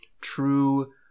true